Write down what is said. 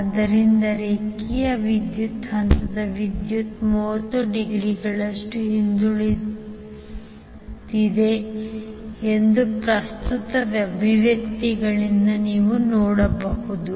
ಆದ್ದರಿಂದ ರೇಖೆಯ ವಿದ್ಯುತ್ ಹಂತದ ವಿದ್ಯುತ್ 30 ಡಿಗ್ರಿಗಳಷ್ಟು ಹಿಂದುಳಿದಿದೆ ಎಂದು ಪ್ರಸ್ತುತ ಅಭಿವ್ಯಕ್ತಿಗಳಿಂದ ನೀವು ನೋಡಬಹುದು